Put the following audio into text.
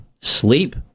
Sleep